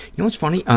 you know what's funny,